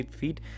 feet